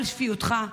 על שפיותך,